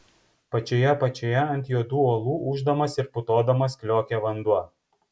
pačioje apačioje ant juodų uolų ūždamas ir putodamas kliokė vanduo